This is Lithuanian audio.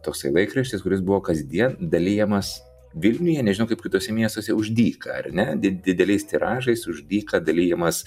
toksai laikraštis kuris buvo kasdien dalijamas vilniuje nežinau kaip kituose miestuose už dyką ar ne di dideliais tiražais už dyką dalijamas